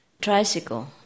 tricycle